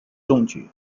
中举